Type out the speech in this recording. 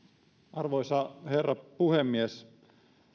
arvoisa herra puhemies